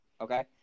Okay